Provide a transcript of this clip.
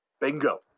Bingo